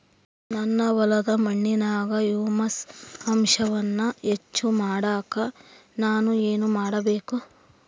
ನನ್ನ ಹೊಲದ ಮಣ್ಣಿನಾಗ ಹ್ಯೂಮಸ್ ಅಂಶವನ್ನ ಹೆಚ್ಚು ಮಾಡಾಕ ನಾನು ಏನು ಮಾಡಬೇಕು?